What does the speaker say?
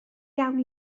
iawn